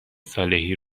صالحی